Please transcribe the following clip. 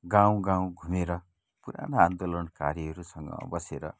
गाउँ गाउँ घुमेर पुराना आन्दोलनकारीहरूसँग बसेर